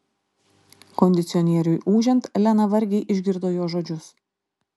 kondicionieriui ūžiant lena vargiai išgirdo jo žodžius